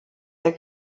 der